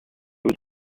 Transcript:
was